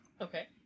Okay